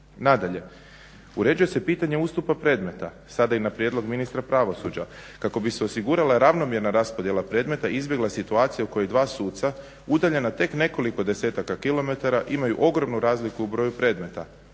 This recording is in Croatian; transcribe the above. Nadalje, uređuje se pitanje ustupa predmeta, sada i na prijedlog ministra pravosuđa, kako bi se osigurala ravnomjerna raspodjela predmeta, izbjegla situacija u kojoj dva suca udaljena tek nekoliko desetaka kilometara imaju ogromnu razliku u broju predmeta,